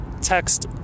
text